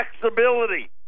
flexibility